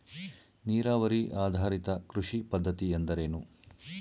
ನೀರಾವರಿ ಆಧಾರಿತ ಕೃಷಿ ಪದ್ಧತಿ ಎಂದರೇನು?